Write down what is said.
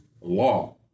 law